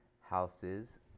houses